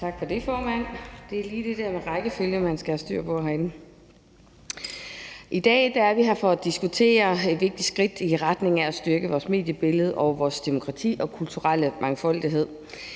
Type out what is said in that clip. i dag er vi her for at diskutere de vigtige skridt i retning af at styrke vores mediebillede, vores demokrati og vores kulturelle mangfoldighed.